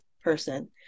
person